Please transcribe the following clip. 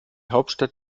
hauptstadt